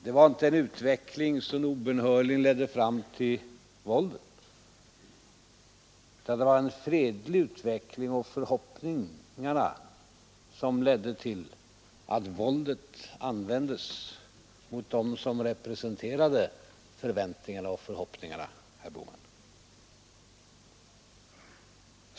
Det var inte en utveckling som obönhörligen ledde fram till våldet, herr Bohman, utan det var en fredlig utveckling och förhoppningar som ledde till att våldet användes mot dem som representerade förväntningarna och förhoppningarna.